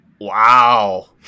Wow